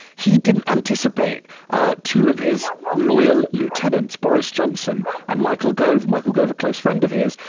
he didn't anticipate two of his loyal lieutenants, boris johnson and michael gove. michael gove, a close friend of his,